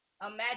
Imagine